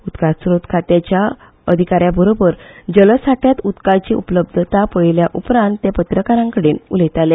उदकास्रोत खात्याच्या अधिकाऱ्यां बरोबर जल साठ्यांत उदकाची उपलब्धताय पळयले उपरांत ते पत्रकारां कडेन उलयताले